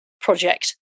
project